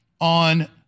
on